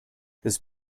his